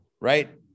right